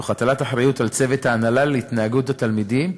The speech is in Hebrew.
תוך הטלת אחריות על צוות הנהלה להתנהגות התלמידים,